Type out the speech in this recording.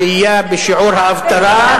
עלייה בשיעור האבטלה,